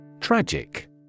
Tragic